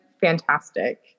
fantastic